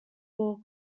fork